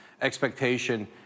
expectation